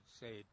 say